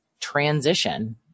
transition